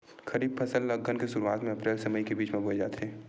खरीफ फसल ला अघ्घन के शुरुआत में, अप्रेल से मई के बिच में बोए जाथे